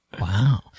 Wow